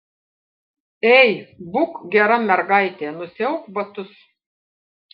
ei būk gera mergaitė nusiauk batus